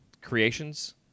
Creations